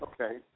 okay